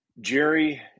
Jerry